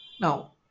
Now